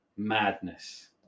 Madness